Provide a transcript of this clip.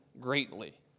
greatly